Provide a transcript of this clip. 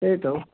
त्यही त हौ